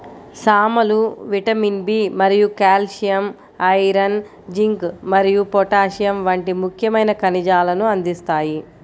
సామలు vitamin B మరియు calcium, iron, zinc మరియు పొటాషియం వంటి ముఖ్యమైన ఖనిజాలను అందిస్తాయి